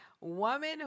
Woman